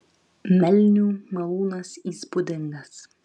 melnių malūnas įspūdingas